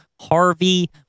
Harvey